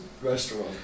restaurant